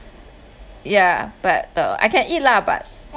yeah but uh I can eat lah but